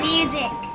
Music